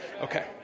Okay